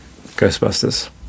ghostbusters